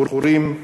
בחורים.